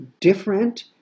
different